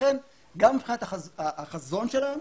לכן גם מבחינת החזון שלנו,